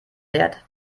wert